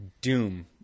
Doom